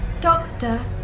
Doctor